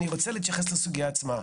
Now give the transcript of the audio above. אני רוצה להתייחס לסוגיה עצמה.